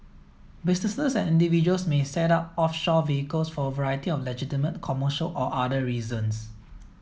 businesses and individuals may set up offshore vehicles for a variety of legitimate commercial or other reasons